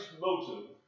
motive